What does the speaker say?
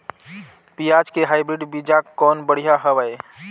पियाज के हाईब्रिड बीजा कौन बढ़िया हवय?